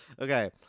Okay